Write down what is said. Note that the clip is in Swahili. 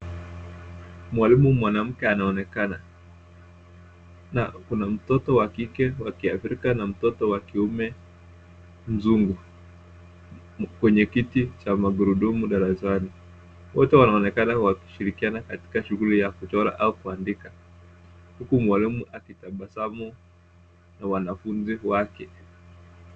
Mwalimu mwanamke anaonekana na kuna mtoto wa kike wa kiafrika na mtoto wa kiume mzungu kwenye kiti cha magurudumu darasani. Wote wanaonekana wakishirikiana katika shuguli ya kuchora au kuandika huku mwalimu akitabasamu na wanafunzi wake.